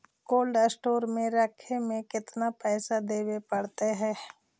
Cold store में रखे में केतना पैसा देवे पड़तै है?